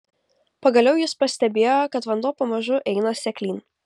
pagaliau jis pastebėjo kad vanduo pamažu eina seklyn